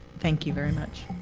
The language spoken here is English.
thank you very much.